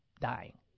dying